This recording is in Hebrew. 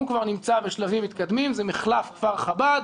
כבר נמצא שלבים מתקדמים וזה מחלף כפר חב"ד,